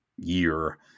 year